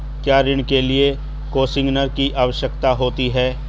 क्या ऋण के लिए कोसिग्नर की आवश्यकता होती है?